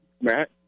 Matt